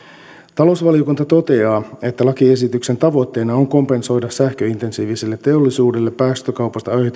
talousvaliokunta toteaa että lakiesityksen tavoitteena on kompensoida sähköintensiiviselle teollisuudelle päästökaupasta